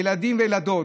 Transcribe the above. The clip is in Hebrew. ילדים וילדות,